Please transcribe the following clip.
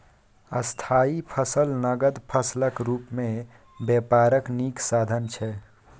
स्थायी फसल नगद फसलक रुप मे बेपारक नीक साधन छै